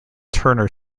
turner